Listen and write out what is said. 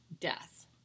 death